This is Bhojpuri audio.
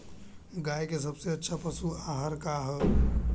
गाय के सबसे अच्छा पशु आहार का ह?